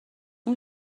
اون